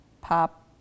pop